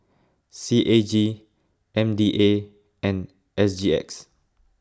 C A G M D A and S G X